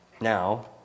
Now